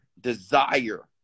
desire